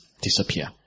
disappear